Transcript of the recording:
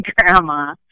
grandma